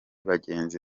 bagenzi